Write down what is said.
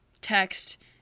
text